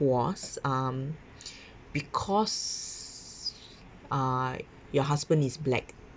was um because uh your husband is black